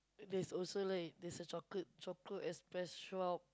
that's also like that's a Chocolate Chocolate-Express shop